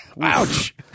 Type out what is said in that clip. Ouch